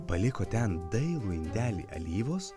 paliko ten dailų indelį alyvos